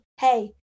hey